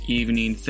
evening